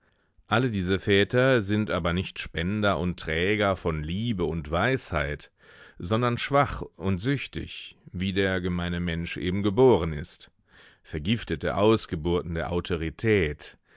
alle diese väter sind aber nicht spender und träger von liebe und weisheit sondern schwach und süchtig wie der gemeine mensch eben geboren ist vergiftete ausgeburten der autorität